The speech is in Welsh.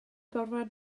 gorfod